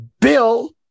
Bill